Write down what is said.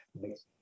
Makes